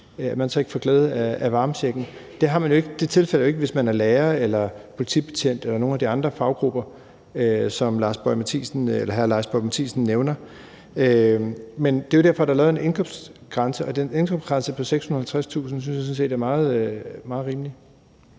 indtægt, så ikke får glæde af varmechecken. Det er jo ikke tilfældet, hvis man er lærer eller politibetjent eller nogen af de andre faggrupper, som hr. Lars Boje Mathiesen nævner. Det er jo derfor, der er lavet en indkomstgrænse, og den indkomstgrænse på 650.000 kr. synes jeg sådan set er meget rimelig.